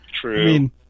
true